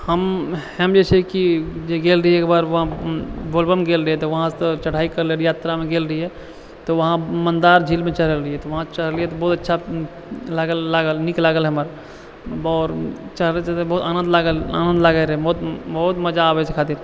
हम जे छै कि गेल रहिए एकबार वहाँ बोलबम गेल रहिए तऽ वहाँ तऽ चढ़ाइ करले रहिए यात्रामे गेल रहिए तऽ वहाँ मन्दार झीलमे चढ़ल रहिए तऽ वहाँ चढ़लिए तऽ बहुत अच्छा लागल नीक लागल हमर आउर चढ़बे तऽ बहुत आनन्द लागल आनन्द लागै रहै बहुत मजा आबै छै एहि खातिर